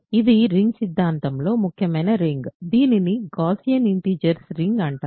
ఇది రింగ్ సిద్ధాంతం లో ముఖ్యమైన రింగ్ దీనిని గాస్సియన్ ఇంటిజర్స్ రింగ్ అంటారు